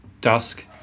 dusk